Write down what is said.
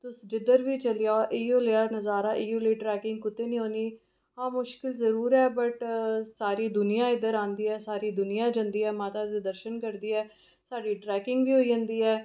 तुस जिद्धर बी चली जाओ इयो नेहा नज़ारा इयो नेही ट्रैकिंग कुतै नीं होनी हां मुश्किल जरूर ऐ बट सारी दुनिया इद्धर आंदी ऐ सारी दुनियां जंदी ऐ माता दे दर्शन करदी ऐ साढ़ी ट्रैकिंग बी होई जंदी ऐ